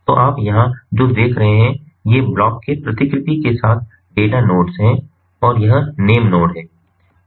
तो आप यहाँ जो देख रहे हैं ये ब्लॉक के प्रतिकृति के साथ डेटा नोड्स हैं और यह नेम नोड है